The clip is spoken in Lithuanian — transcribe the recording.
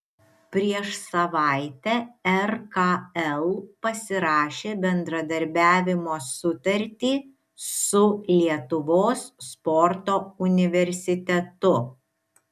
prieš savaitę rkl pasirašė bendradarbiavimo sutartį su lietuvos sporto universitetu